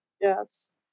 Yes